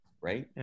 Right